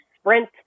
sprint